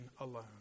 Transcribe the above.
alone